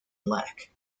black